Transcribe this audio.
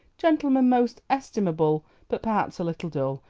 gentlemen most estimable but perhaps a little dull,